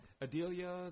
Adelia